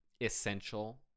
essential